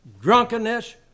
drunkenness